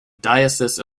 diocese